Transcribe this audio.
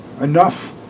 enough